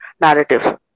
narrative